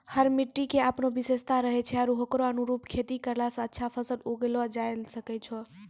हर मिट्टी के आपनो विशेषता रहै छै आरो होकरो अनुरूप खेती करला स अच्छा फसल उगैलो जायलॅ सकै छो